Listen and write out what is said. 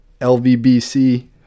LVBC